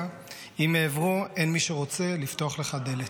אם מעברו אין מי שרוצה לפתוח לך דלת.